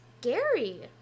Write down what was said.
scary